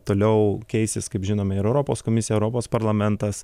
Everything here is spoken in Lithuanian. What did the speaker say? toliau keisis kaip žinome ir europos komisija europos parlamentas